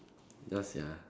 ya sia